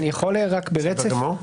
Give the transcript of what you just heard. אפשר ברצף?